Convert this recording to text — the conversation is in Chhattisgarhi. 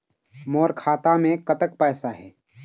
मोर खाता मे कतक पैसा हे?